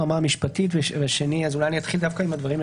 ברמה המשפטית והשני אז אולי אני אתחיל דווקא עם הדברים,